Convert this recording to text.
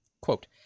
Quote